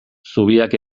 zubiak